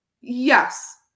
Yes